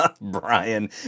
Brian